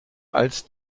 als